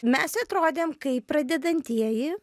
mes atrodėm kaip pradedantieji